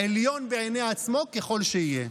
עליון בעיני עצמו ככל שיהיה.